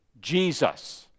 Jesus